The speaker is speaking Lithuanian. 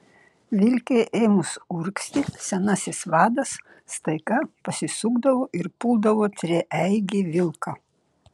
vilkei ėmus urgzti senasis vadas staiga pasisukdavo ir puldavo treigį vilką